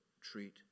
treat